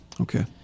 Okay